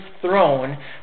throne